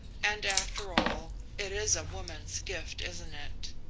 and, after all, it is a woman's gift, isn't it?